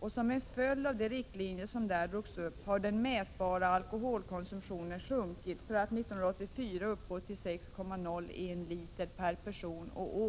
och som en följd av de riktlinjer som där drogs upp har den mätbara alkoholkonsumtionen sjunkit för att 1984 uppgå till 6,01 liter per person och år.